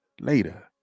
later